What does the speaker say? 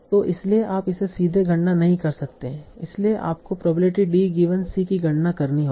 तो इसीलिए आप इसे सीधे गणना नहीं कर सकते हैं इसलिए आपको प्रोबेबिलिटी d गिवन C की गणना करनी होगी